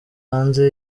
hanze